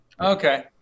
okay